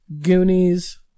goonies